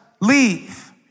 leave